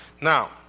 Now